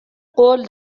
قول